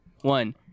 one